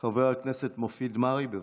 חבר הכנסת מופיד מרעי, בבקשה.